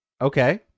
Okay